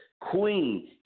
Queen